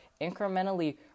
incrementally